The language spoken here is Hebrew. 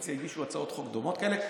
באופוזיציה הגישו הצעות חוק דומות כאלה.